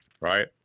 right